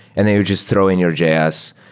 and then you'd just throw in your js.